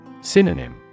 Synonym